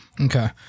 Okay